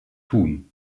tun